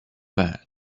back